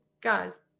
guys